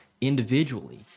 individually